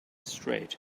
straight